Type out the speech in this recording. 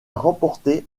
remporté